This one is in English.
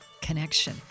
connection